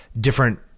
different